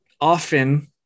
Often